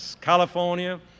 California